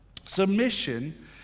Submission